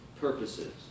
purposes